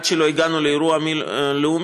עד שלא הגענו לאירוע לאומי,